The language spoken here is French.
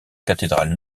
cathédrale